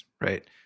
right